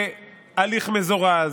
בהליך מזורז,